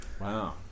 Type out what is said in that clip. Wow